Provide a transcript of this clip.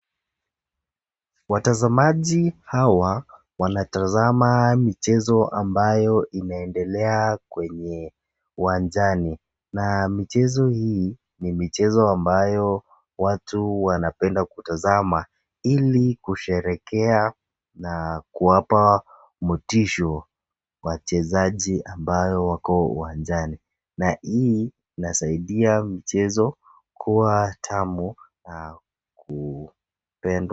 Watazamaji hawa wanatazama michezo ambayo inaendelea kwenye uwanjani. Na michezo hii ni michezo ambayo watu wanapenda kutazama ili kusherehekea na kuwapa motisha wachezaji ambao wako uwanjani. Na hii inasaidia michezo kuwa mtamu na kupendwa.